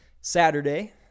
Saturday